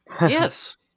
Yes